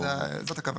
זאת הכוונה.